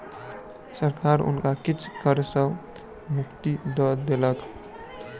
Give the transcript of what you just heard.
सरकार हुनका किछ कर सॅ मुक्ति दय देलक